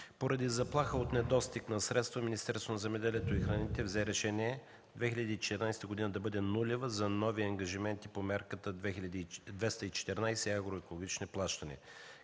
Поради заплаха от недостиг на средства Министерството на земеделието и храните взе решение 2014 г. да бъде нулева за нови ангажименти по Мярка 214 – „Евроекологични плащания”.